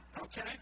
Okay